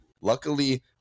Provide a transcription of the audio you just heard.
luckily